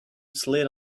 slid